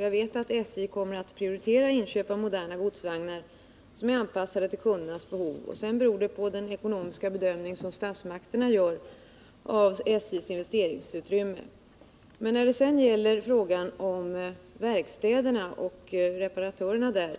Jag vet att SJ kommer att prioritera inköp av moderna godsvagnar, som är anpassade till kundernas behov, men sådana inköp beror i sin tur på den ekonomiska bedömning av SJ:s investeringsutrymme som statsmakterna gör. När det sedan gäller frågan om verkstäderna och anställning av reparatörer där